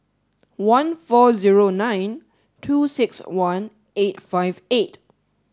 one four nine two six one eight five eight